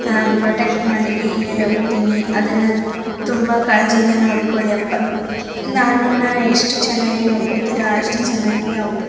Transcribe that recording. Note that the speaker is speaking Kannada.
ಆ ಪ್ರೊಟೆಕ್ಟ್ ಮಾಡಲಿಕ್ಕೆ ಹೇಳಿ ಹೋಗ್ತೀನಿ ಅದನ್ನ ತುಂಬಾ ಕಾಳಜಿಯಿಂದ ನೋಡ್ಕೊಳ್ಳಿ ಅಪ್ಪ ನನ್ನುನ್ನ ಎಷ್ಟು ಚೆನ್ನಾಗಿ ನೋಡ್ಕೊತೀರ ಅಷ್ಟು ಚೆನ್ನಾಗಿ ಅವ್ಗ